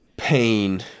pain